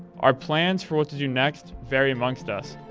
our plans for what to do next vary amongst us.